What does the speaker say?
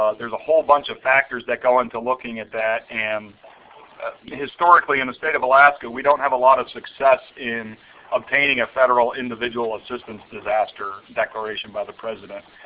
ah a whole bunch of factors that go into looking at that, and historically, in the state of alaska, we don't have a lot of success in obtaining a federal individual assistance disaster declaration by the president.